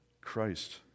Christ